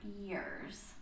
years